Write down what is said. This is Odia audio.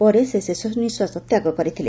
ପରେ ସେ ଶେଷନିଃଶ୍ୱାସ ତ୍ୟାଗ କରିଥିଲେ